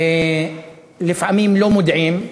לפעמים לא מודיעים.